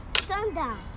sundown